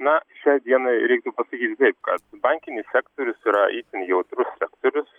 na šiai dienai reiktų pasakyti kad bankinis sektorius yra itin jautrus sektorius